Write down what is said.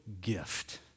gift